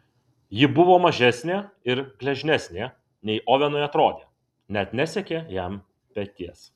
ji buvo mažesnė ir gležnesnė nei ovenui atrodė net nesiekė jam peties